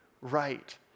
right